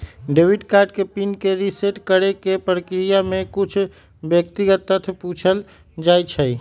debit card के pin के reset करेके प्रक्रिया में कुछ व्यक्तिगत तथ्य पूछल जाइ छइ